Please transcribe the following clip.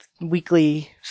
weekly